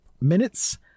minutes